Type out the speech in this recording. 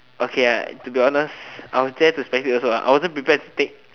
okay ah to be honest I was to spectate also ah I wasn't prepared to take